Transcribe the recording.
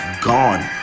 gone